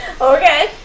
Okay